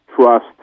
trust